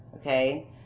okay